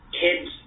Kids